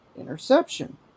Interception